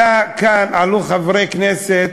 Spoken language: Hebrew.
עלו כאן חברי כנסת,